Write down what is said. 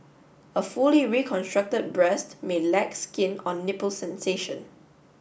a fully reconstruct breast may lack skin or nipple sensation